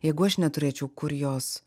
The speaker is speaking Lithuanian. jeigu aš neturėčiau kur jos